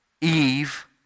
Eve